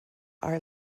are